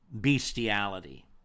bestiality